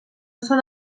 són